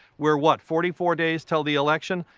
were what? forty four days until the election?